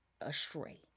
astray